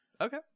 Okay